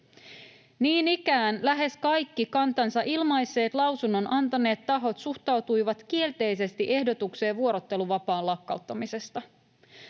Niin ikään lähes kaikki kantansa ilmaisseet, lausunnon antaneet tahot suhtautuivat kielteisesti ehdotukseen vuorotteluvapaan lakkauttamisesta.